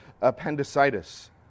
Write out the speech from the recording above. appendicitis